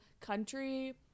country